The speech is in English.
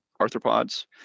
arthropods